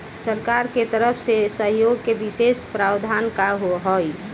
सरकार के तरफ से सहयोग के विशेष प्रावधान का हई?